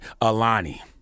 Alani